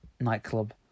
nightclub